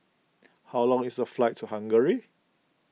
how long is the flight to Hungary